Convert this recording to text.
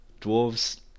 Dwarves